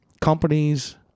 companies